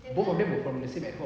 both of them were from the same ad hoc